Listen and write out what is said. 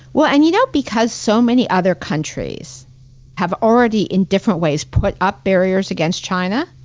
well, and you know, because so many other countries have already, in different ways, put up barriers against china,